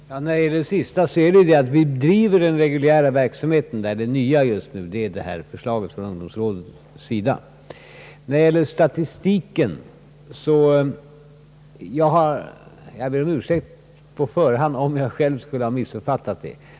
Herr talman! Beträffande det sista som herr Wirtén sade förhåller det sig ju på det sättet att vi driver den reguljära verksamheten där. Det nya just nu är förslaget från ungdomsrådets sida. Vad beträffar statistiken ber jag om ursäkt på förhand om jag skulle ha missuppfattat den.